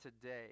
today